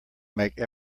make